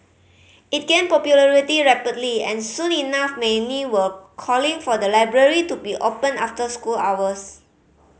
it gained popularity rapidly and soon enough many were calling for the library to be opened after school hours